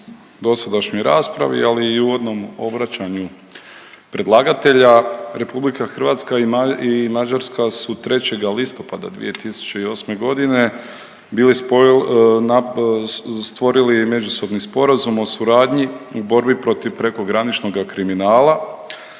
dosadašnjoj raspravi, ali i u uvodnom obraćanju predlagatelja Republika Hrvatska i Mađarska su 3. listopada 2008. godine bili stvorili međusobni sporazum o suradnji u borbi protiv prekograničnoga kriminala.